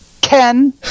Ken